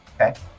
Okay